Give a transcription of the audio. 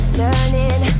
learning